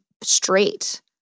straight